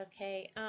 okay